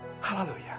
Hallelujah